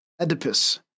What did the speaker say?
Oedipus